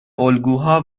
الگوها